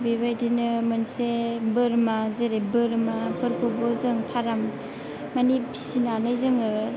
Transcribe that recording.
बेबायदिनो मोनसे बोरमा जेरै बोरमाफोरखौबो जों फाराम मानि फिसिनानै जोङो